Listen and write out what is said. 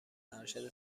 ارشد